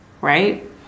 right